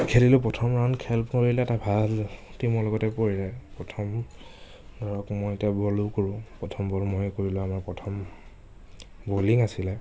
খেলিলো প্ৰথম ৰাউণ্ড খেল পৰিলে এটা ভাল টিমৰ লগতে পৰিলে প্ৰথম ধৰক মই এতিয়া বলো কৰোঁ প্ৰথম বল ময়ে কৰিলোঁ আমাৰ প্ৰথম বলিং আছিলে